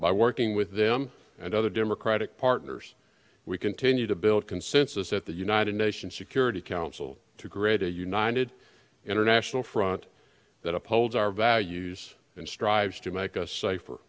by working with them and other democratic partners we continue to build consensus at the united nations security council to greater united international front that upholds our values and strives to make us safer